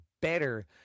better